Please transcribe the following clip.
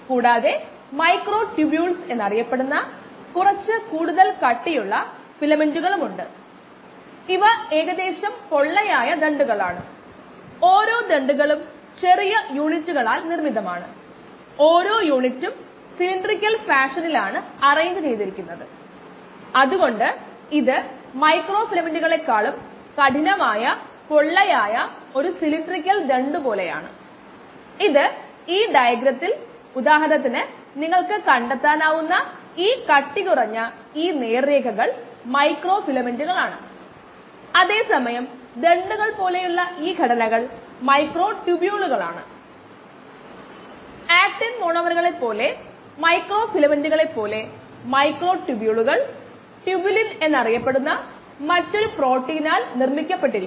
close ended problems പരിഹരിക്കുന്നതിനായി അതേ ചോദ്യങ്ങൾ നമ്മൾ ചോദിക്കും